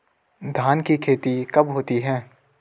धान की खेती कब होती है?